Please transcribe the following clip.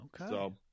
Okay